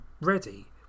ready